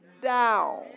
down